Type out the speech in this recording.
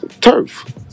turf